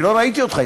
אני לא ראיתי אותך,